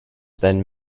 then